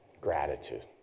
gratitude